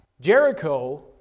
Jericho